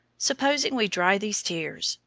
supposing we dry these tears,